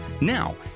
Now